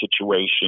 situation